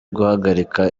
guhagarika